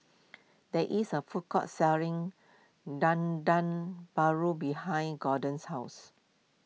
there is a food court selling Dendeng Paru behind Gorden's house